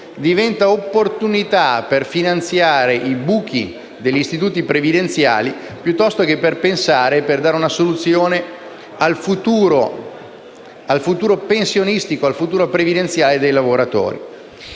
diventa opportunità per finanziare i buchi degli istituti previdenziali piuttosto che per dare una soluzione al futuro pensionistico e previdenziale dei lavoratori.